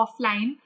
offline